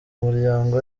umuryango